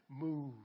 move